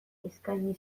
eskaini